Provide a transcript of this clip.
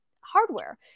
hardware